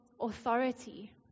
authority